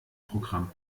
programm